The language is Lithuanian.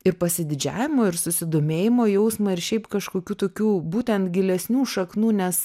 ir pasididžiavimo ir susidomėjimo jausmą ir šiaip kažkokių tokių būtent gilesnių šaknų nes